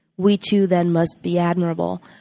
we, too, then must be admirable.